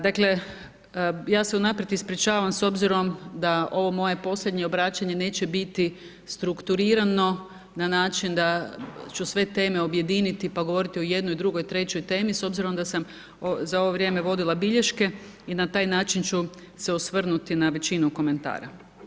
Dakle, ja se unaprijed ispričavam s obzirom da ovo moje posljednje obraćanje neće biti strukturirano na način da ću sve teme objediniti, pa govoriti o jednoj, drugoj, trećoj temi s obzirom da sam za ovo vrijeme vodila bilješke, i na taj način ću se osvrnuti na većinu komentara.